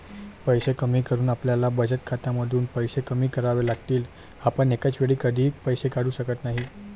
पैसे कमी करून आपल्याला बचत खात्यातून पैसे कमी करावे लागतील, आपण एकाच वेळी अधिक पैसे काढू शकत नाही